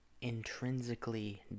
intrinsically